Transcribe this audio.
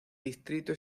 distrito